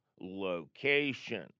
location